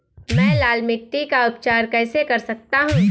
मैं लाल मिट्टी का उपचार कैसे कर सकता हूँ?